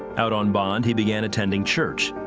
out on bond, he began attending church.